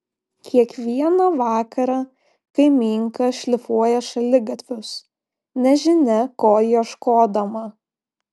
kiekvieną vakarą kaimynka šlifuoja šaligatvius nežinia ko ieškodama